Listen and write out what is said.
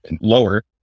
lower